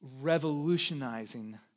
revolutionizing